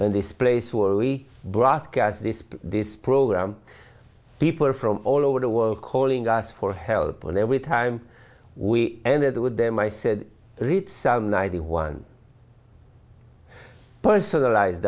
this place will broadcast this this program people are from all over the world calling us for help and every time we ended with them i said read psalm ninety one personalized